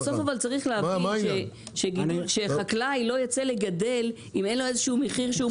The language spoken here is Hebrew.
בסוף צריך להבין שחקלאי לא יצא לגדל אם אין לו איזשהו מחיר.